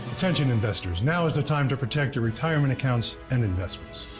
attention, investors. now is the time to protect your retirement accounts and investments.